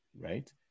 right